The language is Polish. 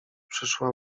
przyszła